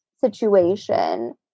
situation